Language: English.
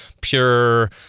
pure